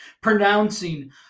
pronouncing